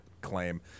claim